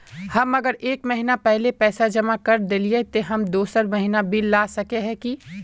हम अगर एक महीना पहले पैसा जमा कर देलिये ते हम दोसर महीना बिल ला सके है की?